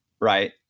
right